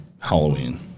Halloween